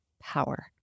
power